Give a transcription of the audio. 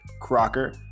Crocker